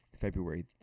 February